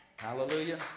Hallelujah